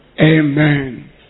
Amen